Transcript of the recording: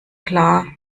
klar